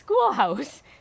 schoolhouse